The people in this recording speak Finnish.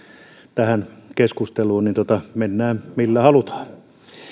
tähän keskusteluun niin mennään millä halutaan